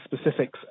specifics